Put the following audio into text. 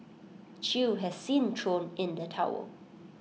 chew has since thrown in the towel